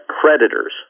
creditors